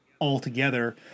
altogether